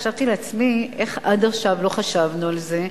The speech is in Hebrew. חשבתי לעצמי: איך עד עכשיו לא חשבנו על זה,